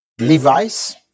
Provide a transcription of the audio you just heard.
Levi's